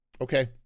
okay